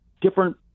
different